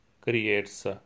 creates